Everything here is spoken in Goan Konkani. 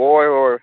हय हय